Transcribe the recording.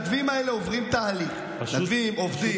המתנדבים האלה עוברים תהליך, מתנדבים עובדים.